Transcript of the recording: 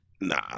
Nah